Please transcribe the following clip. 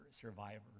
survivor